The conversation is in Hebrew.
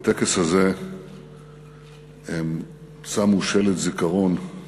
בטקס הזה הם שמו שלט זיכרון ליוני